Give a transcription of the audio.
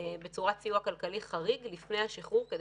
בצורת סיוע כלכלי חריג לפני השחרור כדי